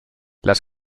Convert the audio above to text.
las